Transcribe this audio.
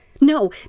No